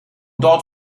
dort